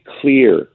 clear